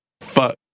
fuck